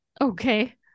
Okay